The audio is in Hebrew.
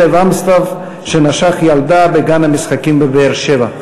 כלב אמסטף נשך ילדה בגן משחקים בבאר-שבע.